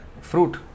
fruit